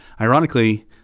Ironically